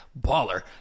baller